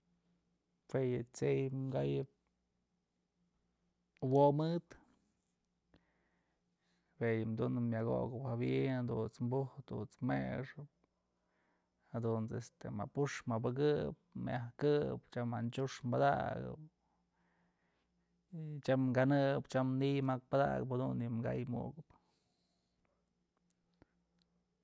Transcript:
Jue yë t'sey kayëp wo'o mëd jue yëm dunëp myak okëp jawi'in jadunt's bujëp dunt's mexëp jadut's este mapux mabëkëp myaj këbë manchux padakëp tyam kanëp tyam niiy jak padakëp jadun yë kay ukëp.